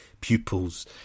pupils